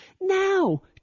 Now